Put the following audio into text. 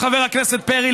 חבר הכנסת פרי,